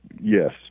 yes